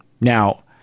Now